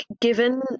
given